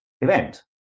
event